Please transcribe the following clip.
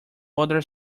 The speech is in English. other